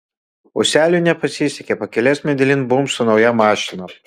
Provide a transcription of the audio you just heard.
ūseliui nepasisekė pakelės medelin bumbt su nauja mašina